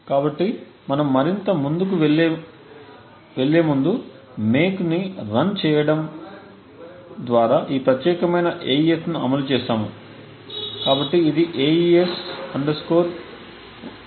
కాబట్టి మనము మరింత ముందుకు వెళ్ళేముందు మేక్ను రన్ చేయడం ద్వారా ఈ ప్రత్యేకమైన AES ను అమలు చేస్తాము కాబట్టి ఇది AES 1024